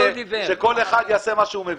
שכל אחד יעשה מה שהוא מבין.